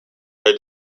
are